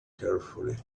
carefully